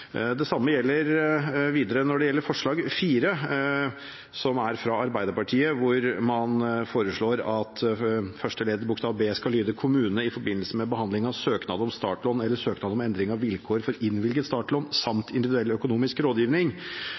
det samme gjelder forslag nr. 4, fra Arbeiderpartiet, hvor man foreslår at gjeldsinformasjonsloven § 12 første ledd bokstav b skal lyde: «kommune, i forbindelse med behandling av søknad om startlån eller søknad om endring av vilkår for innvilget startlån samt individuell økonomisk rådgivning.»